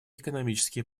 экономические